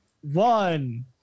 one